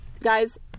Guys